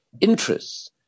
interests